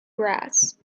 grass